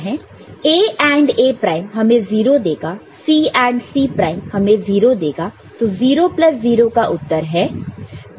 A AND A prime हमें 0 देगा C AND C prime हमें 0 देगा तो 0 प्लस 0 का उत्तर 0 है